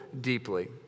deeply